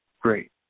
Great